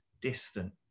distant